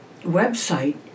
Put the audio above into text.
website